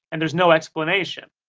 and there's no explanation.